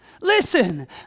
Listen